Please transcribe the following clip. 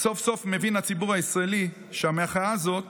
סוף-סוף מבין הציבור הישראלי שהמחאה הזאת